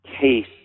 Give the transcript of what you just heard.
case